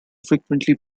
frequently